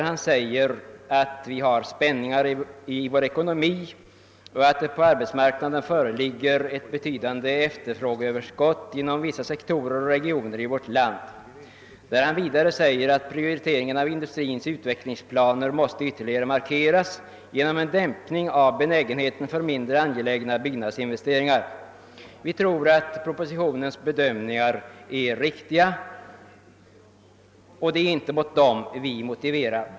Han säger att vi har spänningar i vår ekonomi och att det på arbetsmarknaden förekommer ett betydande efterfrågeöverskott inom vissa sektorer och regioner i vårt land. Vidare säger han att prioriteringen av industrins utvecklingsplaner måste ytterligare markeras genom en dämpning av benägenheten för mindre angelägna byggnadsinvesteringar. Vi tror att finansministerns bedömningar i propositionen är riktiga, och det är inte mot dem vi argumenterar.